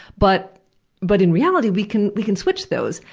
but but in reality, we can we can switch those.